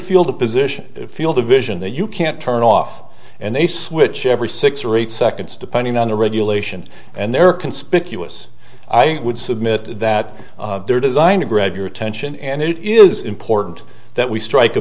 field of position field of vision that you can't turn off and they switch every six or eight seconds depending on the regulation and they're conspicuous i would submit that they're designed to grab your attention and it is important that we strike a